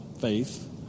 faith